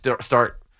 start